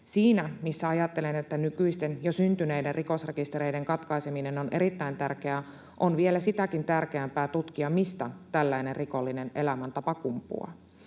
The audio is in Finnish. Siinä missä ajattelen, että nykyisten, jo syntyneiden rikosrekistereiden katkaiseminen on erittäin tärkeää, on vielä sitäkin tärkeämpää tutkia, mistä tällainen rikollinen elämäntapa kumpuaa.